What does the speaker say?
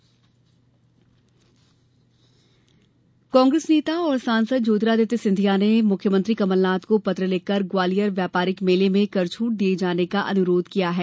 सिंधिया पत्र कांग्रेस नेता एवं सांसद ज्योतिरादित्य सिंधिया ने मुख्यमंत्री कमलनाथ को पत्र लिखकर ग्वालियर व्यापारिक मेले में कर छूट दिए जाने का अनुरोध किया है